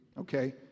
Okay